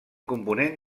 component